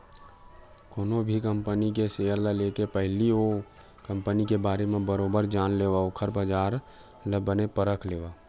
कोनो भी कंपनी के सेयर ल लेके पहिली ओ कंपनी के बारे म बरोबर जान लेवय ओखर बजार ल बने परख लेवय